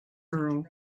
earl